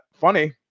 Funny